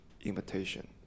invitation